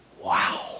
Wow